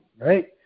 right